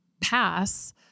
pass